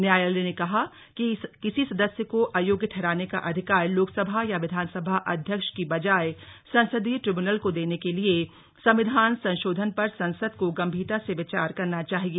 न्यायालय ने कहा कि किसी सदस्या को अयोग्य ठहराने का अधिकार लोकसभा या विधानसभा अध्यक्ष की बजाए संसदीय ट्रिब्यूनल को देने के लिए संविधान संशोधन पर संसद को गम्भीरता से विचार करना चाहिए